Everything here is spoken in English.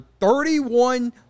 31